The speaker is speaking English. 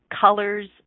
colors